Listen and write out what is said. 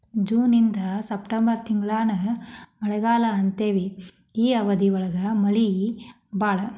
June ಇಂದ September ತಿಂಗಳಾನ ಮಳಿಗಾಲಾ ಅಂತೆವಿ ಈ ಅವಧಿ ಒಳಗ ಮಳಿ ಬಾಳ